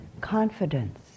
confidence